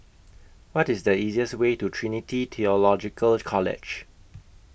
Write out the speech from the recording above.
What IS The easiest Way to Trinity Theological College